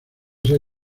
ser